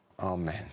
Amen